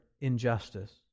injustice